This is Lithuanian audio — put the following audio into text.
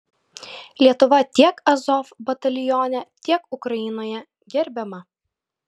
lietuva tiek azov batalione tiek ukrainoje gerbiama